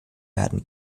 werden